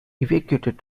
evacuated